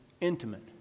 intimate